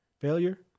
failure